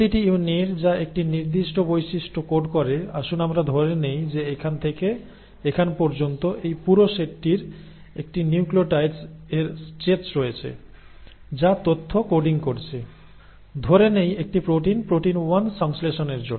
প্রতিটি ইউনিট যা একটি নির্দিষ্ট বৈশিষ্ট্য কোড করে আসুন আমরা ধরে নেই যে এখান থেকে এখান পর্যন্ত এই পুরো সেটটির একটি নিউক্লিয়োটাইডস এর স্ট্রেচ রয়েছে যা তথ্য কোডিং করছে ধরে নেই একটি প্রোটিন প্রোটিন 1 সংশ্লেষণের জন্য